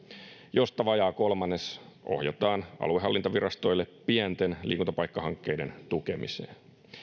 josta vajaa kolmannes ohjataan aluehallintovirastoille pienten liikuntapaikkahankkeiden tukemiseen